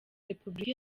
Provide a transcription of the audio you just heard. repubulika